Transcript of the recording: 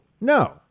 no